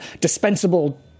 dispensable